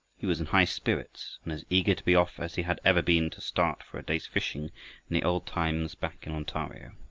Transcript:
he was in high spirits and as eager to be off as he had ever been to start for a day's fishing in the old times back in ontario.